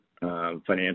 financial